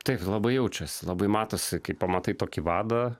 taip labai jaučiasi labai matosi kai pamatai tokį vadą